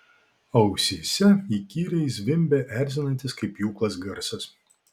ausyse įkyriai zvimbė erzinantis kaip pjūklas garsas